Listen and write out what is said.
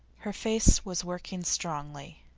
her face was working strongly.